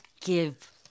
give